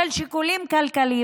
שיקולים כלכליים,